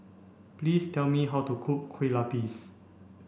please tell me how to cook Kue Lupis